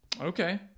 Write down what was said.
Okay